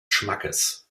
schmackes